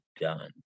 done